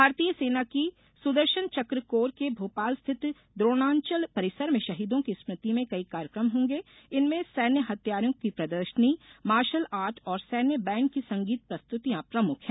भारतीय सेना की सुदर्शनचक कोर के भोपाल स्थित द्रोणांचल परिसर में शहीदों की स्मृति में कई कार्यक्रम होंगे इनमें सैन्य हथियारों की प्रदर्शनी मार्शलआर्ट और सैन्य बैण्ड की संगीत प्रस्तुतियां प्रमुख हैं